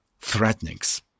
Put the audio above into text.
threatenings